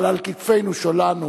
אבל על כתפינו שלנו,